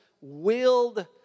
willed